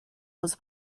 was